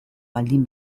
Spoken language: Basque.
baldin